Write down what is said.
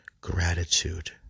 gratitude